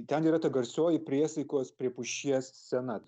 ten yra ta garsioji priesaikos prie pušies scena